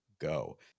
go